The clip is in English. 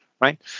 right